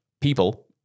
people